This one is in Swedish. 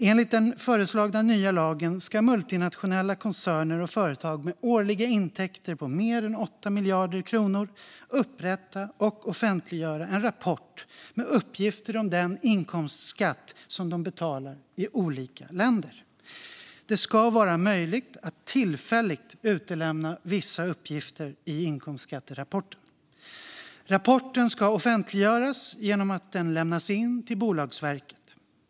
Enligt den föreslagna nya lagen ska multinationella koncerner och företag med årliga intäkter på mer än 8 miljarder kronor upprätta och offentliggöra en rapport med uppgifter om den inkomstskatt som de betalar i olika länder. Det ska vara möjligt att tillfälligt utelämna vissa uppgifter i inkomstskatterapporten. Rapporten ska offentliggöras genom att den lämnas in till Bolagsverket.